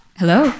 hello